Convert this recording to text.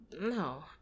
No